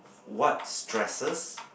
what stresses